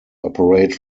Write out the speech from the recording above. operate